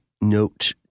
note